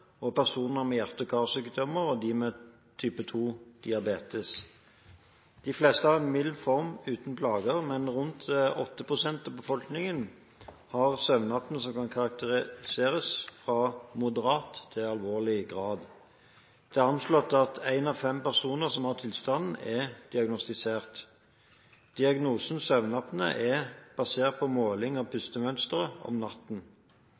personer med hjerte- og karsykdommer og de med diabetes type 2. De fleste har en mild form uten plager, men rundt 8 pst. av befolkningen har søvnapné som kan karakteriseres fra moderat til alvorlig grad. Det er anslått at én av fem personer som har tilstanden, er diagnostisert. Diagnosen søvnapné er basert på måling av pustemønsteret om natten.